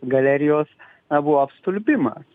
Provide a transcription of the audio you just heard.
galerijos na buvo apstulbimas